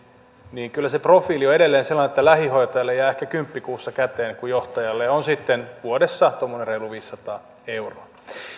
niin kyllä se profiili on edelleen sellainen että lähihoitajalle jää ehkä kymppi kuussa käteen kun johtajalle on sitten vuodessa tuommoinen reilut viisisataa euroa